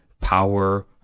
power